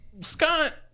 Scott